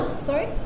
Sorry